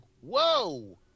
whoa